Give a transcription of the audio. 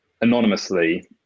anonymously